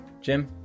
Jim